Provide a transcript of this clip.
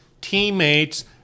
teammates